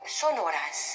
sonoras